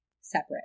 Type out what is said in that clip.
separate